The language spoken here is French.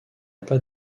pas